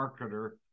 marketer